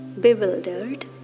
bewildered